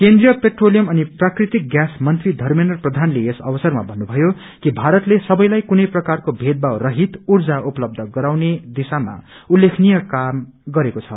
केनद्रीय petroleum अनि प्राकृतिक gas मंत्री धर्मेन्द्र प्रधानले यस अवसरमा भन्नुभयो कि भारतले सबैलाई कुनै प्रकारको मेदमाव रहित ऊजा उपलब्य गराउने दिशामा उल्लेखनीय र्काय गरेको छ